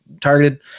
targeted